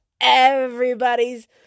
everybody's